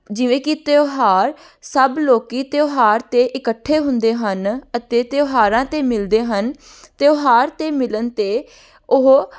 ਜਿਵੇਂ ਕਿ ਤਿਉਹਾਰ ਸਭ ਲੋਕ ਤਿਉਹਾਰ 'ਤੇ ਇਕੱਠੇ ਹੁੰਦੇ ਹਨ ਅਤੇ ਤਿਉਹਾਰਾਂ 'ਤੇ ਮਿਲਦੇ ਹਨ ਤਿਉਹਾਰ 'ਤੇ ਮਿਲਣ 'ਤੇ ਉਹ